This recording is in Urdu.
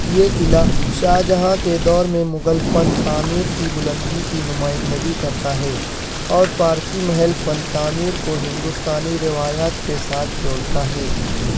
یہ قلعہ شاہ جہاں کے دور میں مغل فن تعمیر کی بلندی کی نمائندگی کرتا ہے اور فارسی محل فن تعمیر کو ہندوستانی روایات کے ساتھ جوڑتا ہے